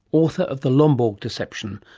author of the lomborg deception,